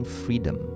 freedom